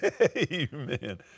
Amen